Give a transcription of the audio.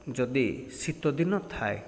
ଯଦି ଶୀତଦିନ ଥାଏ